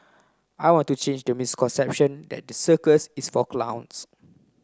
I want to change the misconception that the circus is for clowns